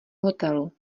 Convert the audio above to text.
hotelu